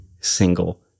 single